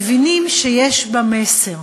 מבינים שיש בה מסר,